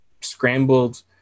scrambled